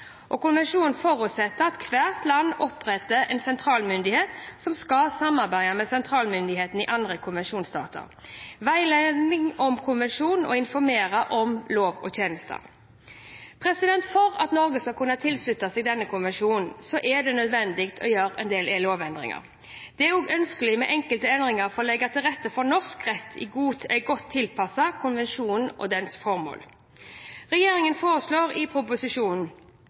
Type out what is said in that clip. landene. Konvensjonen forutsetter at hvert land oppretter en sentralmyndighet som skal samarbeide med sentralmyndighetene i andre konvensjonsstater, veilede om konvensjonen og informere om lover og tjenester. For at Norge skal kunne tilslutte seg denne konvensjonen, er det nødvendig å gjøre en del lovendringer. Det er også ønskelig med enkelte endringer for å legge til rette for at norsk rett er godt tilpasset konvensjonen og dens formål. Regjeringen foreslår derfor i proposisjonen